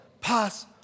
pass